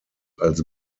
als